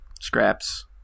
Scraps